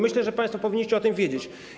Myślę, że państwo powinniście o tym wiedzieć.